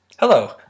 Hello